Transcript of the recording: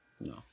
No